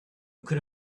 could